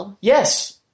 Yes